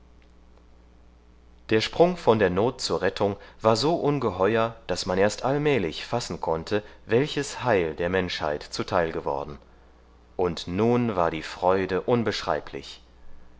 der sprung von der not zur rettung war so ungeheuer daß man erst allmählich fassen konnte welches heil der menschheit zuteil geworden und nun war die freude unbeschreiblich